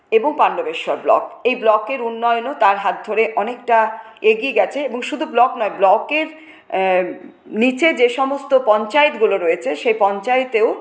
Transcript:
এবং পাণ্ডবেশ্বর ব্লক এই ব্লকের উন্নয়নও তার হাত ধরে অনেকটা এগিয়ে গেছে এবং শুধু ব্লক নয় ব্লকের নিচে যে সমস্ত পঞ্চায়েতগুলো রয়েছে সেই পঞ্চায়েতেও